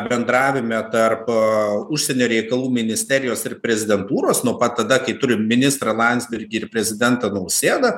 bendravime tarp užsienio reikalų ministerijos ir prezidentūros nuo pat tada kai turim ministrą landsbergį ir prezidentą nausėdą